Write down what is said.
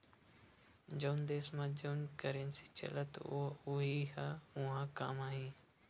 जउन देस म जउन करेंसी चलथे ओ ह उहीं ह उहाँ काम आही